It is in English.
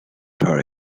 her